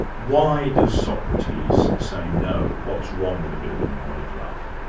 why does socrates say no? what's wrong with a bit of embodied love?